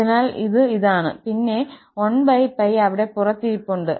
അതിനാൽ ഇത് ഇതാണ് പിന്നെ 1𝜋 അവിടെ പുറത്ത് ഇരിപ്പുണ്ട്